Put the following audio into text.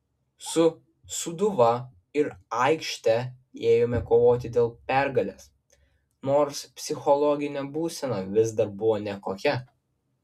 su sūduva į aikštę ėjome kovoti dėl pergalės nors psichologinė būsena vis dar buvo nekokia